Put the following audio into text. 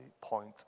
point